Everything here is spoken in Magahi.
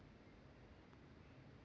संजनाक निवेशेर कोई जानकारी नी छेक